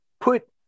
put